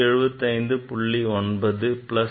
9 plus minus 0